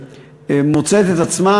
מוצאת את עצמה,